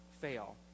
fail